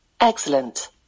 Excellent